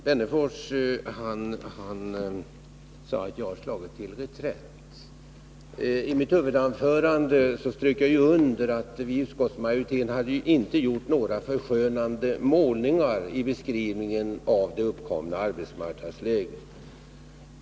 Fru talman! Alf Wennerfors sade att jag slagit till reträtt. Men i mitt huvudanförande strök jag under att vi i utskottsmajoriteten inte gjort några förskönande målningar när det gäller beskrivningen av det uppkomna arbetsmarknadsläget.